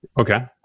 Okay